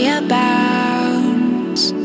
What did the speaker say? abounds